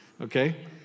okay